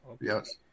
yes